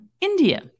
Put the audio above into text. India